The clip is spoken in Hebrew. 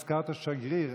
הזכרת שגריר,